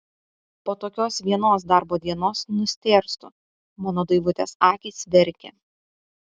po tokios vienos darbo dienos nustėrstu mano daivutės akys verkia